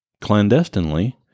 clandestinely